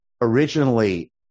Originally